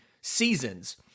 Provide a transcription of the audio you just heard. seasons